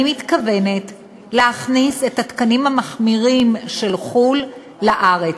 אני מתכוונת להכניס את התקנים המחמירים של חו"ל לארץ.